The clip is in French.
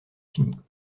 finis